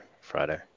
Friday